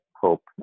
hope